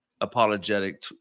apologetic